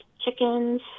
chickens